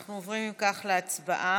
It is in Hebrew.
אנחנו עוברים, אם כך, להצבעה.